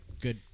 good